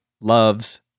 loves